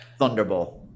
Thunderball